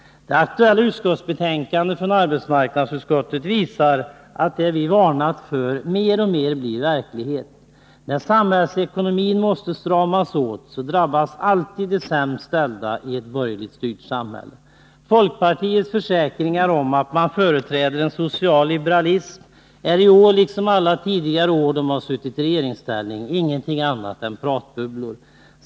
Det aktuella betänkandet från arbetsmarknadsutskottet visar att det som vi varnat för mer och mer blir verklighet. När samhällsekonomin måste stramas åt, drabbas i ett borgerligt styrt samhälle alltid de sämst ställda. Folkpartiets försäkringar om att partiet företräder en social liberalism är i år liksom alla tidigare år i regeringsställning ingenting annat än pratbubblor.